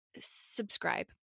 subscribe